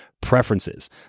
preferences